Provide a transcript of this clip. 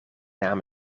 naam